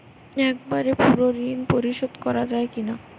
একবারে পুরো ঋণ পরিশোধ করা যায় কি না?